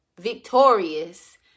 victorious